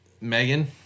Megan